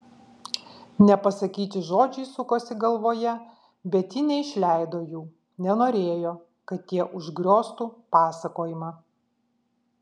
nepasakyti žodžiai sukosi galvoje bet ji neišleido jų nenorėjo kad jie užgrioztų pasakojimą